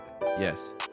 yes